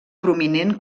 prominent